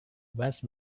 west